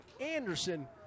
Anderson